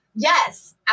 Yes